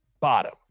bottom